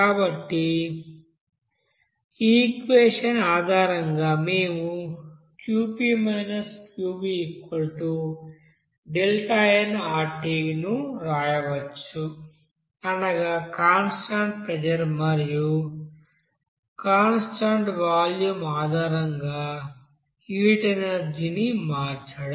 కాబట్టి ఈ ఈక్వెషన్ ఆధారంగా మేము Qp QvΔnRT ను వ్రాయవచ్చు అనగా కాన్స్టాంట్ ప్రెజర్ మరియు కాన్స్టాంట్ వాల్యూమ్ ఆధారంగా హీట్ ఎనర్జీ ని మార్చడం